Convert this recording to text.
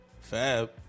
Fab